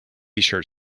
tshirt